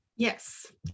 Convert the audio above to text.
Yes